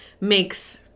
makes